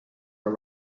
are